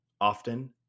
often